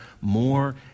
more